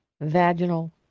vaginal